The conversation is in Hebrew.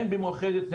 הן במאוחדת,